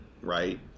right